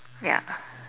ya